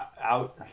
out